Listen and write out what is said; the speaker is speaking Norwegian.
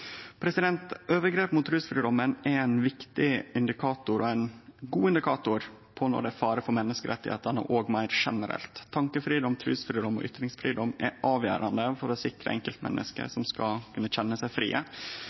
Overgrep mot trusfridomen er ein viktig indikator og ein god indikator på når det er fare for menneskerettane òg meir generelt. Tankefridom, trusfridom og ytringsfridom er avgjerande for å sikre at enkeltmenneske skal kunne kjenne seg frie,